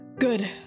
Good